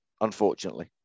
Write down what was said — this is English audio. unfortunately